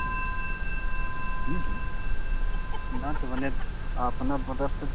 हुँ हुँ हुँ नहि ओन्ने तऽ आब अपना बॉर्डरसँ